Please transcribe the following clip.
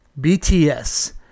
BTS